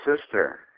sister